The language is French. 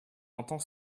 entend